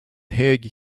hög